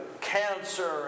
cancer